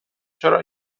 چرا